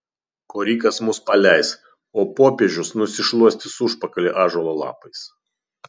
korikas mus paleis o popiežius nusišluostys užpakalį ąžuolo lapais